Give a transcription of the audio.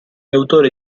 autore